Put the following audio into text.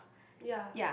ya